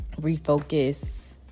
refocus